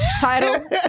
title